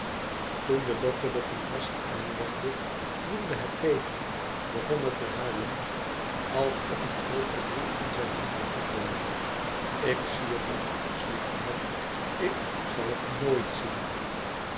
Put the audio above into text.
toen de dokter de kompressen aanlegde woelde het tegen begon het te huilen alsof een groot verdriet in zijn hartje opwelde ik zie het niet snikte het ik zal het noit zien